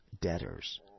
debtors